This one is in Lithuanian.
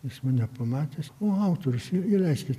jis mane pamatęs o autorius į įleiskit